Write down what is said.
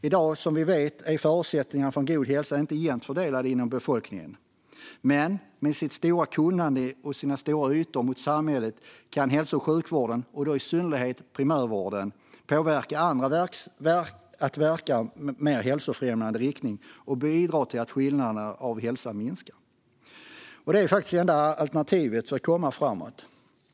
I dag är, som ni vet, förutsättningarna för en god hälsa inte jämnt fördelade inom befolkningen. Men med sitt stora kunnande och sina stora ytor mot samhället kan hälso och sjukvården, och då i synnerhet primärvården, påverka andra att verka i mer hälsofrämjande riktning och bidra till att skillnaderna i hälsa minskar. Det är faktiskt det enda alternativet för att komma framåt.